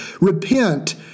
Repent